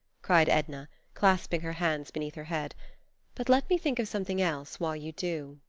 cried edna, clasping her hands beneath her head but let me think of something else while you do.